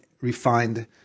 refined